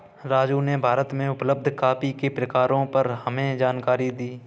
राजू ने भारत में उपलब्ध कॉफी के प्रकारों पर हमें जानकारी दी